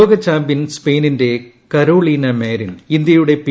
ലോക ചാമ്പ്യൻ സ്പെയിനിന്റെ Carolina Marin ഇന്ത്യയുടെ പി